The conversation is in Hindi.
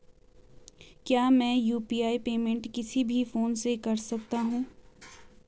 क्या मैं यु.पी.आई पेमेंट किसी भी फोन से कर सकता हूँ?